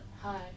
Hi